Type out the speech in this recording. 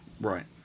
Right